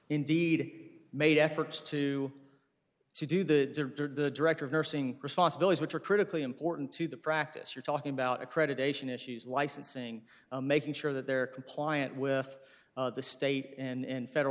indeed made efforts to to do the director of nursing responsibilities which are critically important to the practice are talking about accreditation issues licensing making sure that there are compliant with the state and federal